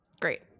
Great